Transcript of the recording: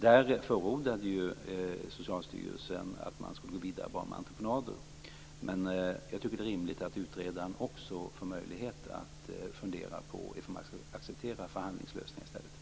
Där förordade Socialstyrelsen att man skulle gå vidare bara med entreprenader, men jag tycker att det är rimligt att utredaren också får möjlighet att fundera på om man skall acceptera förhandlingslösningar i stället.